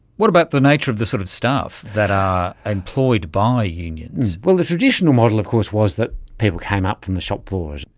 what about the nature of the sort of staff that are employed by unions? well, the traditional model of course was that people came up from the shop floor,